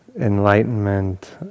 enlightenment